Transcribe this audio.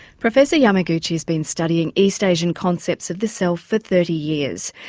professor yamaguchi's been studying east asian concepts of the self for thirty years.